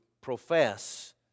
profess